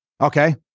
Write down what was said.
Okay